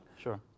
Sure